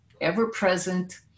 ever-present